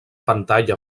pantalla